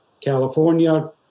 California